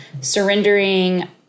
surrendering